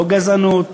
לא גזענות,